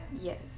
yes